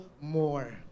more